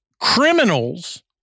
Criminals